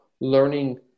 learning